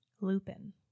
lupin